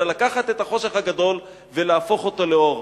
אלא לקחת את החושך הגדול ולהפוך אותו לאור.